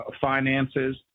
finances